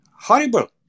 horrible